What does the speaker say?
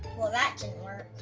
well that didn't work!